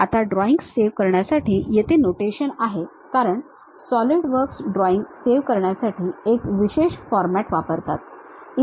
आता drawings save करण्यासाठी येथे नोटेशन आहे कारण सॉलिडवर्क्स ड्रॉइंग्स सेव्ह करण्यासाठी एक विशेष फॉरमॅट वापरतात